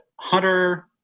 Hunter